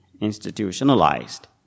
institutionalized